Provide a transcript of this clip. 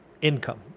income